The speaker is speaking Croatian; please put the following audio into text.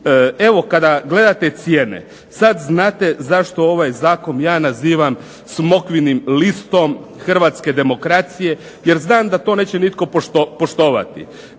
Evo, kada gledate cijene sad znate zašto ovaj zakon ja nazivam smokvinim listom hrvatske demokracije jer znam da to neće nitko poštovati